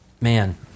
man